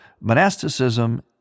monasticism